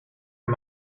are